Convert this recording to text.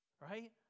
right